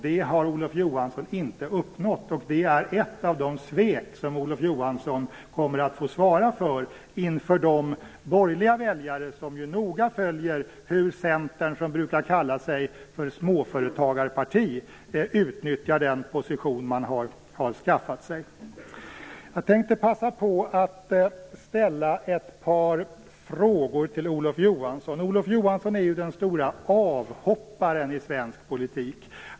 Det har Olof Johansson inte uppnått, och det är ett av de svek som Olof Johansson kommer att få svara för inför de borgerliga väljare som noga följer hur Centern, som brukar kalla sig för småföretagarparti, utnyttjar den position som man har skaffat sig. Jag tänkte passa på att ställa ett par frågor till Olof Johansson. Olof Johansson är ju den stora avhopparen i svensk politik.